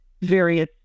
various